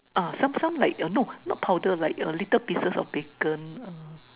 uh some some like uh no not powder like little pieces of bacon uh